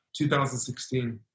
2016